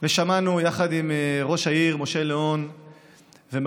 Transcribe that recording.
ושמענו יחד עם ראש העיר משה ליאון ומכון